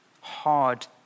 hard